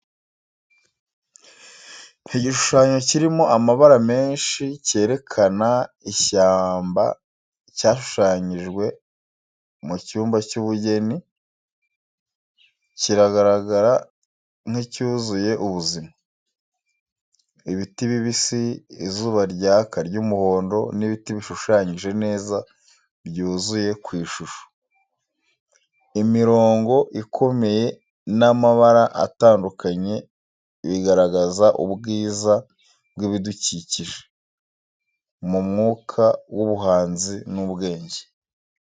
Igishushanyo kirimo amabara menshi cyerekana ishyamba cyashushanyijwe mu cyumba cy’ubugeni kiragaragara nk’icyuzuye ubuzima. Ibiti bibisi, izuba ryaka ry’umuhondo n’ibiti bishushanyije neza byuzuye ku ishusho. Imirongo ikomeye n’amabara atandukanye bigaragaza ubwiza bw’ibidukikije, mu mwuka w’ubuhanzi n’ubwenge.